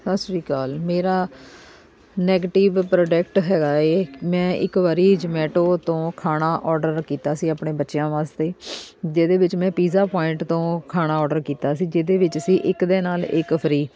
ਸਤਿ ਸ੍ਰੀ ਅਕਾਲ ਮੇਰਾ ਨੈਗਟਿਵ ਪ੍ਰੋਡਕਟ ਹੈਗਾ ਹੈ ਮੈਂ ਇੱਕ ਵਾਰ ਜ਼ਮੈਟੋ ਤੋਂ ਖਾਣਾ ਔਡਰ ਕੀਤਾ ਸੀ ਆਪਣੇ ਬੱਚਿਆਂ ਵਾਸਤੇ ਜਿਹਦੇ ਵਿੱਚ ਮੈਂ ਪੀਜ਼ਾ ਪੁਆਇੰਟ ਤੋਂ ਖਾਣਾ ਔਡਰ ਕੀਤਾ ਸੀ ਜਿਹਦੇ ਵਿੱਚ ਸੀ ਇੱਕ ਦੇ ਨਾਲ ਇੱਕ ਫਰੀ